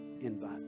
invite